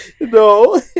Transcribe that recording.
No